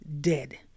dead